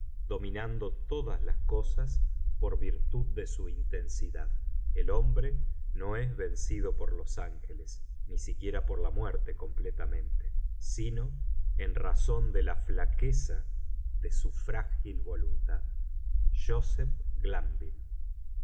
los misterios de la voluntad en todo su poder el hombre no es vencido por los ángeles ni siquiera por la muerte completamente sino en razón de la flaqueza de su frágil voluntad